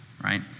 right